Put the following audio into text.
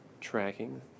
tracking